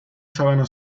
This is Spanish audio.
sábana